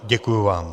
Děkuji vám.